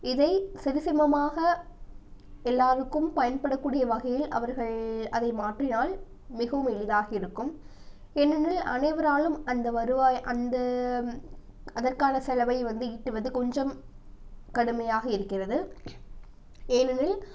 இதை சரி சமமாக எல்லோருக்கும் பயன்படக்கூடிய வகையில் அவர்கள் அதை மாற்றினால் மிகவும் எளிதாக இருக்கும் ஏனெனில் அனைவராலும் அந்த வருவாய் அந்த அதற்கான செலவை வந்து ஈட்டுவது கொஞ்சம் கடுமையாக இருக்கிறது ஏனெனில்